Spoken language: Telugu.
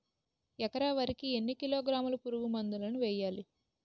ఎకర వరి కి ఎన్ని కిలోగ్రాముల పురుగు మందులను వేయాలి?